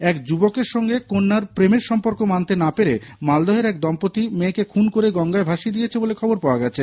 এক যুবকের সঙ্গে কন্যার প্রেমের সম্পর্ক মানতে না পেরে মালদহের এক দম্পত্তি মেয়েকে খুন করে গঙ্গায় ভাসিয়ে দিয়েছে বলে খবর পাওয়া গেছে